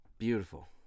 Beautiful